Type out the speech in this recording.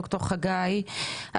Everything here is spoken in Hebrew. ד"ר חגי,